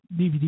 DVD